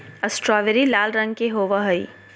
strawberry लाल रंग के होव हई